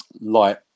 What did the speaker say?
light